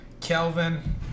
Kelvin